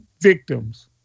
victims